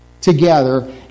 together